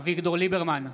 אביגדור ליברמן,